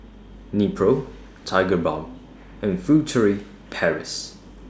Nepro Tigerbalm and Furtere Paris